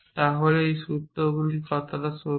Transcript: তাহলে এই সূত্রগুলো কখন সত্য